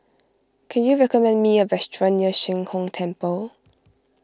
can you recommend me a restaurant near Sheng Hong Temple